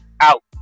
out